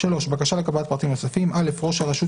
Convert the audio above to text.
בקשה לקבלת פרטים נוספים 3. (א)ראש הרשות